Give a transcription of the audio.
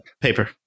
paper